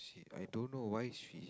she I don't know why she